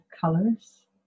colors